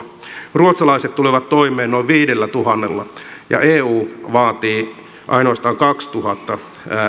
ruotsalaiset tulevat toimeen noin viidellätuhannella ja eu vaatii ainoastaan kaksituhatta